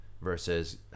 versus